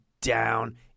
down